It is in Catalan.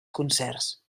concerts